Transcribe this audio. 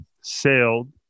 sailed